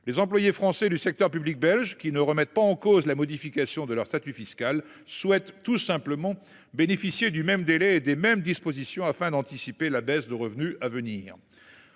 Les employés français du secteur public belge qui ne remettent pas en cause la modification de leur statut fiscal souhaitent tout simplement bénéficier du même délai et des mêmes dispositions afin d'anticiper la baisse de revenus à venir.